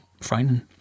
frightening